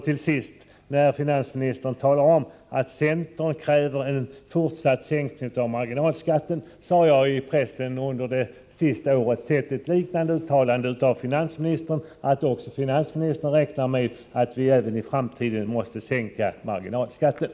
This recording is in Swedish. Till sist: Finansministern sade att centern kräver en fortsatt sänkning av marginalskatten. Jag har under det senaste året i pressen sett ett liknande uttalande av finansministern, att också finansministern räknar med att vi även i framtiden måste sänka marginalskatten.